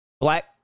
black